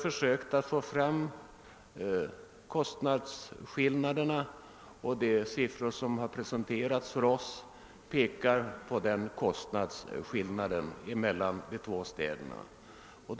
Det framgår av de siffror som har presenterats för oss då vi efterlyst uppgifter om kostnaderna för de olika alternativen.